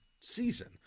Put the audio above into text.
season